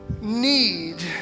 need